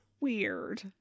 weird